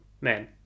Man